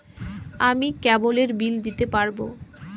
আমি কেবলের বিল দিতে পারবো?